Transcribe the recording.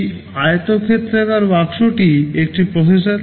এই আয়তক্ষেত্রাকার বাক্সটি একটি প্রসেসর